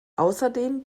außerdem